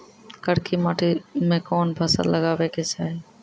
करकी माटी मे कोन फ़सल लगाबै के चाही?